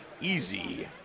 easy